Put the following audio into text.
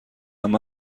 عمه